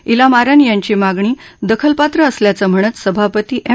जिमारन यांची मागणी दखलपात्र असल्याचं म्हणत सभापती एम